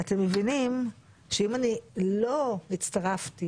אתם מבינים שאם לא הצטרפתי